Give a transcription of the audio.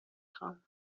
خوام